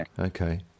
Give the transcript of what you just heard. Okay